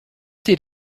did